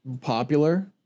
popular